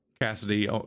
Cassidy